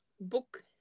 book